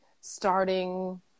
starting